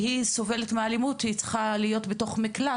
היא סובלת מאלימות והיא צריכה להיות בתוך מקלט